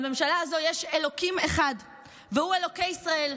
לממשלה הזאת יש אלוקים אחד והוא אלוקי ישראל,